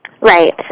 Right